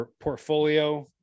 portfolio